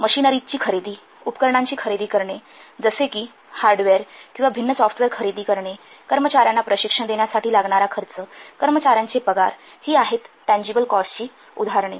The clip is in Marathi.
मशीनरीजची खरेदी उपकरणांची खरेदी करणे जसे कि हार्डवेअर किंवा भिन्न सॉफ्टवेअर खरेदी कर्मचार्यांना प्रशिक्षण देण्यासाठी लागणारा खर्च कर्मचाऱ्यांचे पगार ही आहेत टँजिबल कॉस्टची उदाहरणे